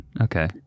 Okay